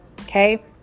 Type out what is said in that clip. Okay